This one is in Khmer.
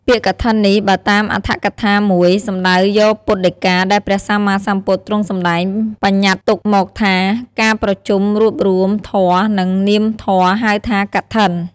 ពាក្យកឋិននេះ បើតាមអត្ថកថាមួយ សំដៅយកពុទ្ធដីកាដែលព្រះសម្មាសម្ពុទទ្រង់សម្តែងបញ្ញតិទុកមកថា ការប្រជុំរួបរួមរូបធម៏និងនាមធម៏ ហៅថា កឋិន។